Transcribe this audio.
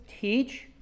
teach